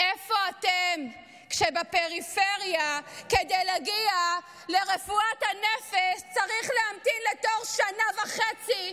איפה אתם כשבפריפריה כדי להגיע לרפואת הנפש צריך להמתין לתור שנה וחצי,